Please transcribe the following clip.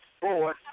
four